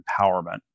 empowerment